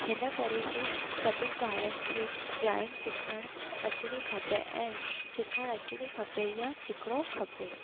हिन करे ही सभिन ॿारन खे ड्रॉइंग सिखणु अचणी खपे ऐं सिखणु अचणी खपे या सिखिणो खपे